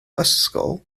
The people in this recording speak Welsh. ysgol